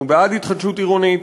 אנחנו בעד התחדשות עירונית,